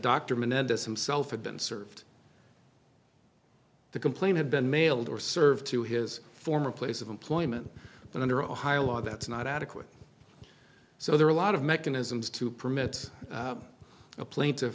dr menendez himself had been served the complaint had been mailed or served to his former place of employment but under ohio law that's not adequate so there are a lot of mechanisms to permit a pla